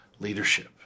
leadership